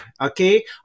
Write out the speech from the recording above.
okay